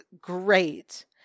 great